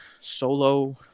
solo